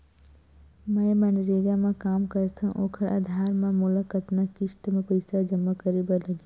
मैं मनरेगा म काम करथव, ओखर आधार म मोला कतना किस्त म पईसा जमा करे बर लगही?